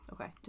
Okay